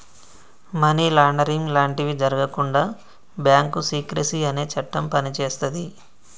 money laundering లాంటివి జరగకుండా bank secrecy అనే చట్టం పనిచేస్తది